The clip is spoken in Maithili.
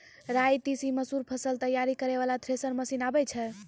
राई तीसी मसूर फसल तैयारी करै वाला थेसर मसीन आबै छै?